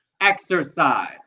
exercise